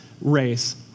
race